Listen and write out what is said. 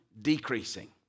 decreasing